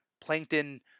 Plankton